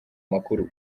makuru